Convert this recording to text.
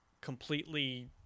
completely